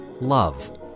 Love